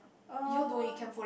oh